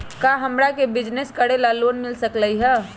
का हमरा के बिजनेस करेला लोन मिल सकलई ह?